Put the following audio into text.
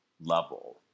level